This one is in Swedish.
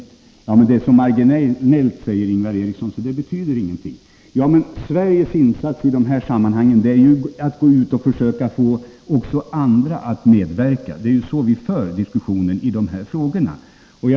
Det är så marginellt, säger Ingvar Eriksson, så att det inte betyder någonting. Men Sveriges insats i det här sammanhanget är att gå ut och försöka få också andra att medverka — det är så vi för diskussionerna.